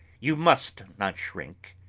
you must not shrink.